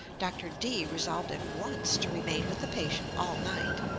dr. d resolved at once to remain with the patient all night,